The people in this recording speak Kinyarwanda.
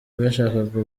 bashakaga